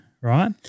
right